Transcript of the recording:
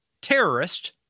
terrorist